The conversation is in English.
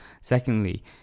Secondly